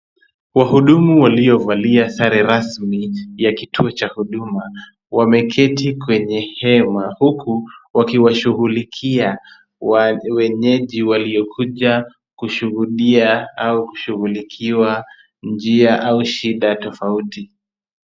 Wahudumu waliovalia sare rasmi ya kituo cha huduma. Wameketi kwenye hema huku wakiwashughulikia wenyeji waliokuja kushuhudia au kushughulikiwa njia au shida tofauti.